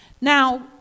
Now